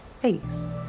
face